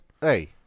Hey